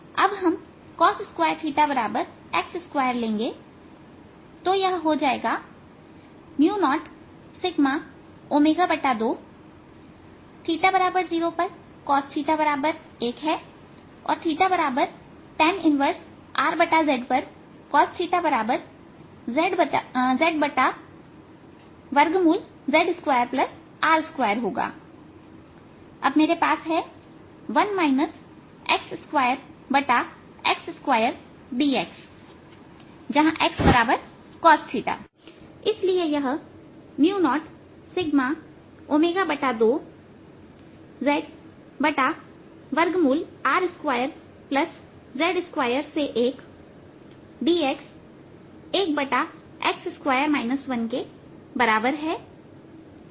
अब हम cos2X2 लेंगे तो यह हो जाएगा 0σω20 पर cosθ1 tan 1Rz पर cosθzr2z2होगा मेरे पास है 1 X2X2dX जहां Xcosθ इसलिए यह 0σω2zr2z21 dXके बराबर है